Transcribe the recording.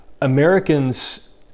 Americans